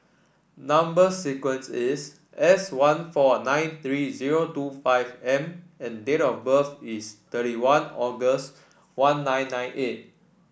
number sequence is S one four nine three zero two five M and date of birth is thirty one August one nine nine eight